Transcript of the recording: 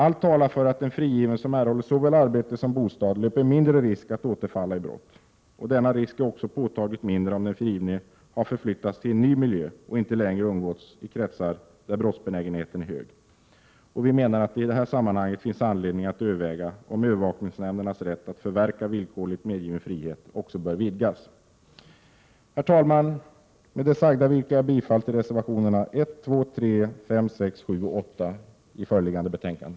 Allt talar för att en frigiven som erhåller såväl arbete som bostad löper mindre risk att återfalla i brott. Denna risk är också påtagligt mindre, om den frigivne har förflyttats till en ny miljö och inte längre umgås i kretsar där brottsbenägenheten är hög. Vi menar att det i detta sammanhang finns anledning att överväga om övervakningsnämndernas rätt att förverka villkorligt medgiven frihet bör vidgas. Herr talman! Med det sagda yrkar jag bifall till reservationerna 1, 2,3,5,6, 7 och 8 i föreliggande betänkande.